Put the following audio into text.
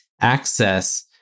access